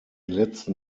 letzten